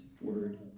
word